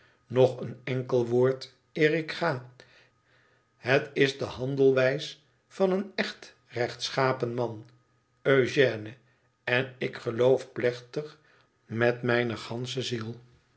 nog een enkel woord eer ik ga het is de handelwijs van een echt rechtschapen man eugène en ik geloof plechtig met mijne gansche ziel